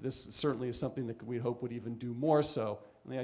this is certainly something that we hoped would even do more so the